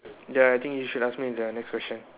ya I think you should ask me the next question